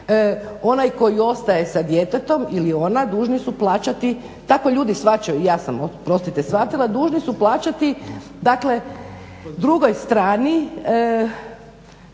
Onaj koji ostaje sa djetetom ili ona dužni su plaćati, tako ljudi shvaćaju i ja sam oprostite shvatila, dužni su plaćati dakle drugoj strani